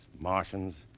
Martians